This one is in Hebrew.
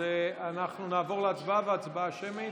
אנחנו נעבור להצבעה בהצבעה שמית.